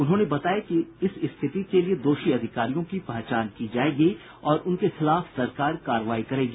उन्होंने बताया कि इस स्थिति के लिये दोषी अधिकारियों की पहचान की जायेगी और उनके खिलाफ सरकार कार्रवाई करेगी